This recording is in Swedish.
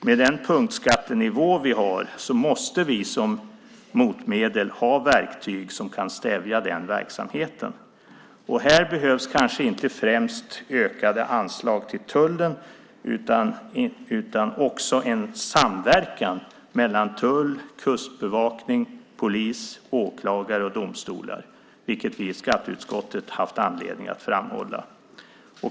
Med den punktskattenivå vi har måste vi som motmedel ha verktyg som kan stävja den verksamheten. Här behövs kanske inte främst ökade anslag till tullen utan också en samverkan mellan tull, kustbevakning, polis, åklagare och domstolar, vilket vi i skatteutskottet haft anledning att framhålla.